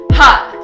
hot